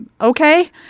okay